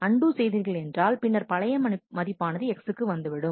and செய்தீர்கள் என்றால் பின்னர் பழைய மதிப்பானது X க்கு வந்துவிடும்